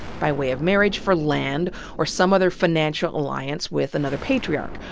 by way of marriage, for land or some other financial a lliance with another patriarch.